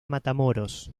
matamoros